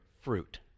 fruit